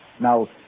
Now